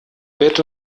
wird